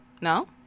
No